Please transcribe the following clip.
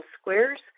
squares